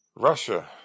Russia